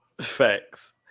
Facts